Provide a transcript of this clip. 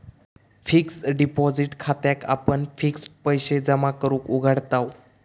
fixed deposit खात्याक आपण fixed पैशे जमा करूक उघडताव